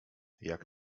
jak